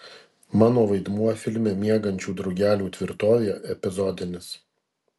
mano vaidmuo filme miegančių drugelių tvirtovė epizodinis